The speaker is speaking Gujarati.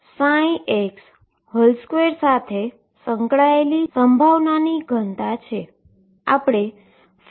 જે x2 સાથે સંકળાયેલી પ્રોબેબીલીટીની ડેન્સીટી છે